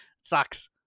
Sucks